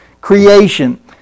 creation